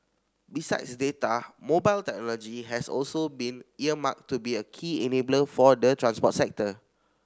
besides data mobile technology has also been earmarked to be a key enabler for the transport sector